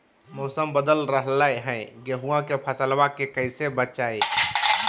मौसम बदल रहलै है गेहूँआ के फसलबा के कैसे बचैये?